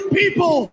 people